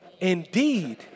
indeed